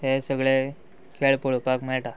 हे सगळे खेळ पळोवपाक मेळटा